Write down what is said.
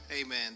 Amen